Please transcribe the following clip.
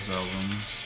albums